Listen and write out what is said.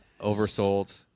Oversold